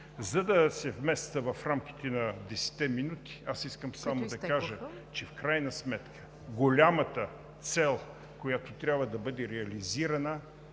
За да се вместя в рамките на 10-те минути, искам само да кажа, че в крайна сметка голямата цел, която трябва да бъде реализирана